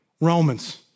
Romans